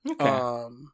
Okay